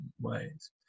ways